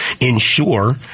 ensure